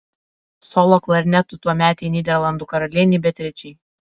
solo klarnetu tuometei nyderlandų karalienei beatričei